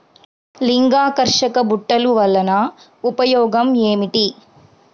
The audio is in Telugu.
లింగాకర్షక బుట్టలు వలన ఉపయోగం ఏమిటి?